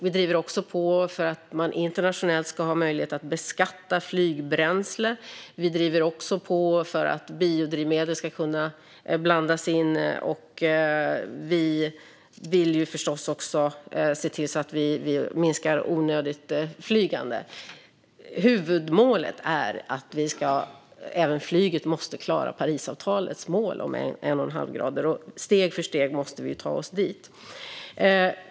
Vi driver även på för att man internationellt ska ha möjlighet att beskatta flygbränsle. Vi driver på för att biodrivmedel ska kunna blandas in, och vi vill förstås också se till att vi minskar onödigt flygande. Huvudmålet är att även flyget måste klara Parisavtalets mål om 1,5 grader, och steg för steg måste vi ta oss dit.